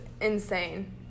insane